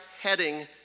heading